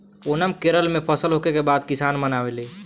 ओनम केरल में फसल होखे के बाद किसान मनावेले